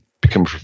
become